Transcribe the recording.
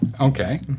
Okay